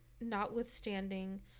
notwithstanding